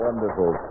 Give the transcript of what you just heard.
Wonderful